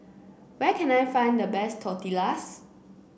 where can I find the best Tortillas